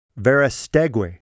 Verestegui